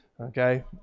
okay